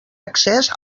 accés